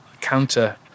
counter